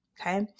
Okay